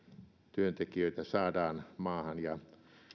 työntekijöitä saadaan maahan ja